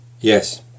Yes